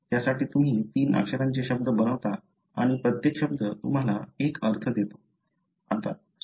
त्यासाठी तुम्ही तीन अक्षरांचे शब्द बनवता आणि प्रत्येक शब्द तुम्हाला एक अर्थ देतो